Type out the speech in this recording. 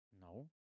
No